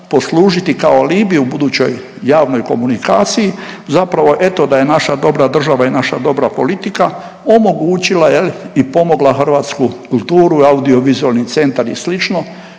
poslužiti kao alibi u budućoj javnoj komunikaciji zapravo eto da je naša dobra država i naša dobra politika omogućila i pomogla hrvatsku kulturu i Audiovizualni centar i sl.,